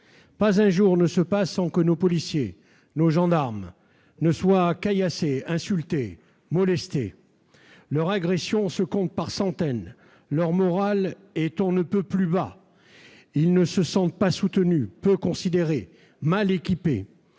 Pas un jour ne passe sans que nos policiers et nos gendarmes soient caillassés, insultés et molestés. Leurs agressions se comptent par centaines et leur moral est au plus bas : ils ne se sentent pas soutenus, ils sont peu considérés et mal équipés.